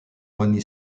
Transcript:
money